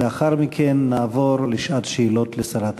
ולאחר מכן נעבור לשעת שאלות לשרת הבריאות.